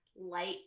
light